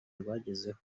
rwagezeho